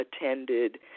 attended